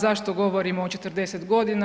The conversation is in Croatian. Zašto govorimo o 40 godina?